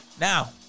Now